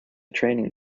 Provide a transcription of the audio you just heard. training